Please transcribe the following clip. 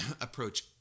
approach